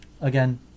again